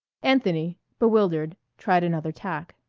anthony, bewildered, tried another tack.